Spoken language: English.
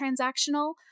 transactional